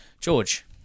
George